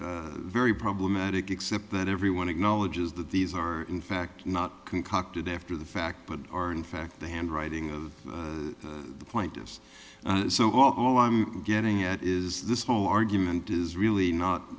very problematic except that everyone acknowledges that these are in fact not concocted after the fact but are in fact the handwriting the point is so all i'm getting at is this whole argument is really not